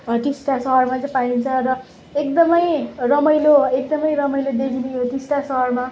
सहरमा चाहिँ पाइन्छ र एकदम रमाइलो एकदम रमाइलो देखिने यो टिस्टा सहरमा